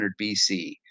BC